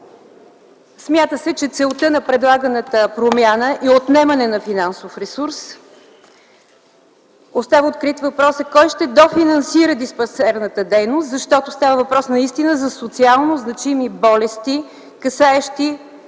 Смята се, че целта на предлаганата промяна е отнемане на финансов ресурс. Остава открит въпросът кой ще дофинансира диспансерната дейност, защото става въпрос наистина за социално значими болести, касаещи